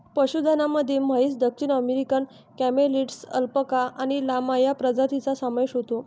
पशुधनामध्ये म्हैस, दक्षिण अमेरिकन कॅमेलिड्स, अल्पाका आणि लामा या प्रजातींचा समावेश होतो